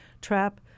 trap